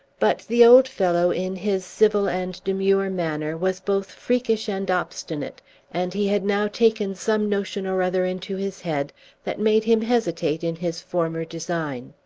but the old fellow, in his civil and demure manner, was both freakish and obstinate and he had now taken some notion or other into his head that made him hesitate in his former design.